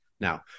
Now